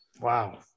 wow